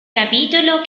capitolo